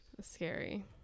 scary